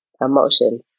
emotion